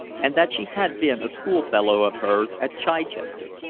and that she had been a schoolfellow of hers at chichester.